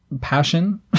passion